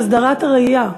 להסדרת הרעייה.